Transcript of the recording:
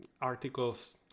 articles